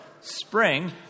spring